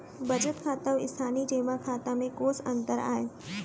बचत खाता अऊ स्थानीय जेमा खाता में कोस अंतर आय?